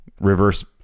reverse-